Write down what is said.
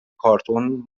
کارتن